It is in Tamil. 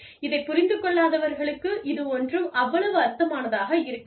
இதைப் புரிந்து கொள்ளாதவர்களுக்கு இது ஒன்றும் அவ்வளவு அர்த்தமானதாக இருக்காது